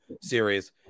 series